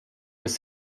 was